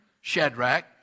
Shadrach